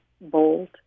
bold